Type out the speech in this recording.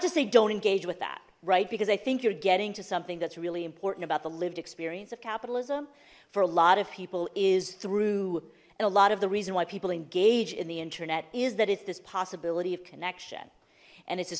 say don't engage with that right because i think you're getting to something that's really important about the lived experience of capitalism for a lot of people is through a lot of the reason why people engage in the internet is that it's this possibility of connection and it's a